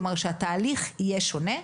כלומר, שהתהליך יהיה שונה,